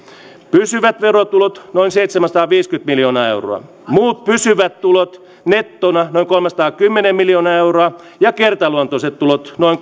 pysyvät verotulot noin seitsemänsataaviisikymmentä miljoonaa euroa muut pysyvät tulot nettona noin kolmesataakymmentä miljoonaa euroa ja kertaluontoiset tulot noin